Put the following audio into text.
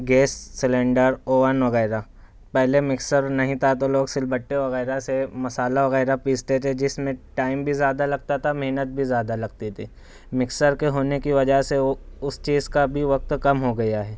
gas cylinder oven وغیرہ پہلے mixer نہیں تھا تو لوگ سل بٹے وغیرہ سے مسالہ وغیرہ پیستے تھے جس میں ٹائم بھی زیادہ لگتا تھا محنت بھی زیادہ لگتی تھی مکسر کے ہونے کی وجہ سے اس چیز کا بھی وقت کم ہو گیا ہے